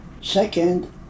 Second